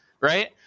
Right